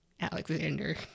Alexander